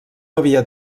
havia